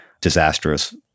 disastrous